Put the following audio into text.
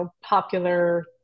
popular